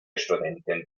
studenten